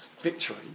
victory